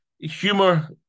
humor